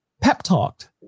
pep-talked